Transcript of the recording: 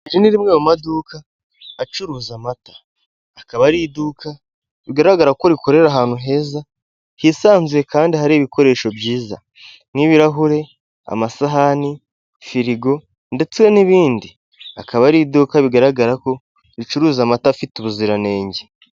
Iri ni rimwe mu maduka acuruza amata akaba ari iduka bigaragara ko rikorera ahantu heza, hisanzuye kandi hari ibikoresho byiza nk'ibirahuri amasahani firigo ndetse n'ibindi, akaba ari iduka bigaragara ko ricuruza amata afite ubuziranenge.